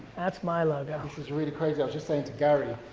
that's my logo. this is really crazy, i was just saying to gary,